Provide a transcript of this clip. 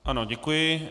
Ano, děkuji.